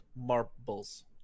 marbles